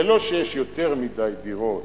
זה לא שיש יותר מדי דירות